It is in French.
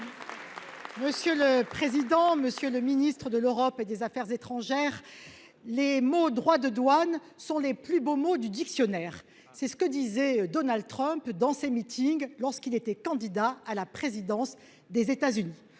Républicains. Monsieur le ministre de l’Europe et des affaires étrangères, « les mots “droits de douane” sont les plus beaux mots du dictionnaire ». C’est ce que déclarait Donald Trump dans ses meetings lorsqu’il était candidat à la présidence des États Unis.